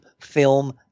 film